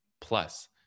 plus